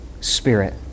Spirit